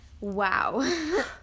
wow